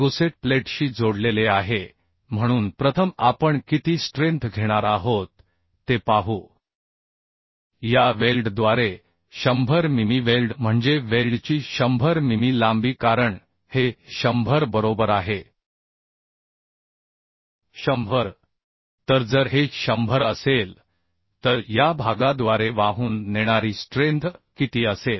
gusset प्लेटशी जोडलेले आहे म्हणून प्रथम आपण किती स्ट्रेंथ घेणार आहोत ते पाहू या वेल्डद्वारे 100 मिमी वेल्ड म्हणजे वेल्डची 100 मिमी लांबी कारण हे 100 बरोबर आहे तर जर हे 100 असेल तर या भागाद्वारे वाहून नेणारी स्ट्रेंथ किती असेल